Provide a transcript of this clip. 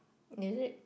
is it